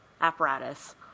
apparatus